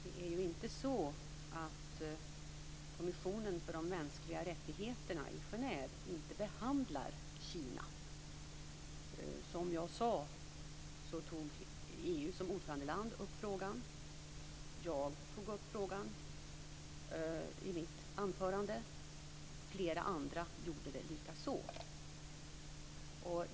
Fru talman! Det är inte så att kommissionen för de mänskliga rättigheterna i Genève inte behandlar frågan om Kina. Som jag sade, tog EU:s ordförandeland upp frågan. Jag tog upp frågan i mitt anförande, och flera andra gjorde det likaså.